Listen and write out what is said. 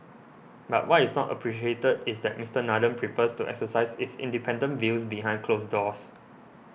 but what is not appreciated is that Mister Nathan prefers to exercise his independent views behind closed doors